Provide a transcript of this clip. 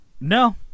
No